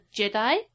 Jedi